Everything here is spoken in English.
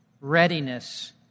readiness